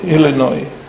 Illinois